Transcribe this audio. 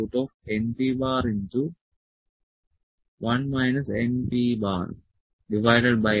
C